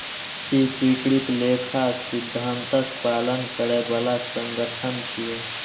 ई स्वीकृत लेखा सिद्धांतक पालन करै बला संगठन छियै